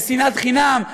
בשנאת חינם,